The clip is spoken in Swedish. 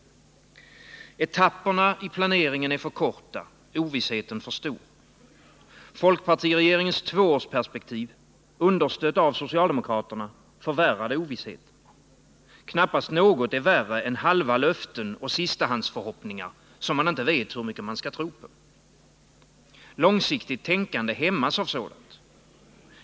Etapperna i planeringen är för korta, ovissheten för stor. Folkpartiregeringens tvåårsperspektiv, understött av socialdemokraterna, förvärrade ovissheten. Knappast något är värre än halva löften och sistahandsförhoppningar som man inte vet hur mycket man kan tro på. Långsiktigt tänkande hämmas av sådant.